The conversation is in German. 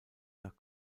nach